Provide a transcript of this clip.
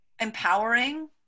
empowering